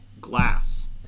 glass